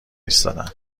ایستادن